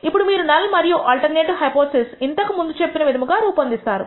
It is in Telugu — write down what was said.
ఇప్పుడు మీరు నల్ మరియు ఆల్టర్నేటివ్ హైపోథిసిస్ ఇంతకు ముందు చెప్పిన విధముగా రూపొందిస్తారు